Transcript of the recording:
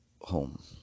home